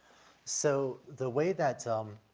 so the way that, um,